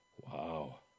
Wow